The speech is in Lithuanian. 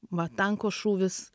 va tanko šūvis